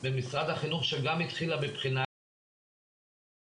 במשרד החינוך, שגם התחילה בבחינת הנושא הזה.